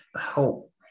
help